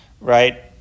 right